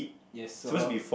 yes so